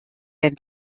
denn